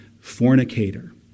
fornicator